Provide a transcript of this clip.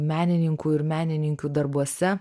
menininkų ir menininkių darbuose